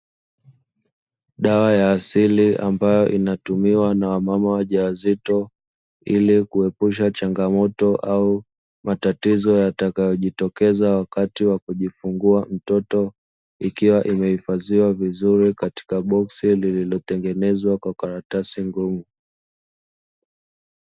Dawa ya asili ambayo inatumiwa na wamama wajawazito ili kuepusha changamoto au matatizo, yatakayojitokeza wakati wa kujifungua mtoto ikiwa imehifadhiwa vizuri, katika boksi lililotengenezwa kwa karatasi ngumu.